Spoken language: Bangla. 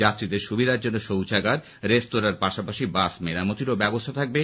যাত্রীদের সুবিধার জন্য শৌচাগার রেস্তেরার পাশাপাশি বাস মেরামতিরও ব্যবস্থা থাকবে